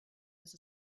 his